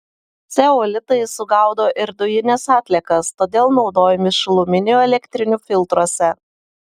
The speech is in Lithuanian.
ceolitai sugaudo ir dujines atliekas todėl naudojami šiluminių elektrinių filtruose